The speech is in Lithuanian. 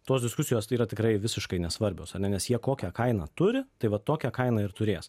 tos diskusijos tai yra tikrai visiškai nesvarbios ane nes jie kokią kainą turi tai va tokią kainą ir turės